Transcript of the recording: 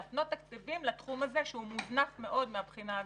להפנות תקציבים לתחום הזה שהוא מוזנח מאוד מהבחינה הזאת.